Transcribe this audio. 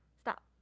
stop